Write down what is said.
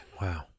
Wow